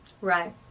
Right